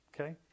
okay